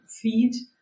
feed